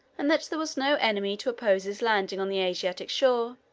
and that there was no enemy to oppose his landing on the asiatic shore,